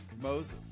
Moses